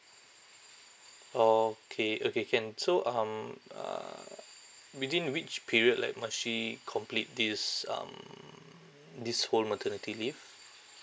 okay okay can so um uh within which period like must she complete this um this whole maternity leave